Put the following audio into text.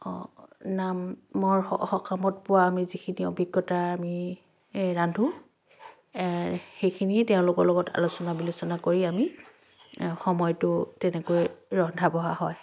অঁ নামৰ সকামত পোৱা আমি যিখিনি অভিজ্ঞতা আমি ৰান্ধোঁ সেইখিনি তেওঁলোকৰ লগত আলোচনা বিলোচনা কৰি আমি সময়টো তেনেকৈ ৰন্ধা বঢ়া হয়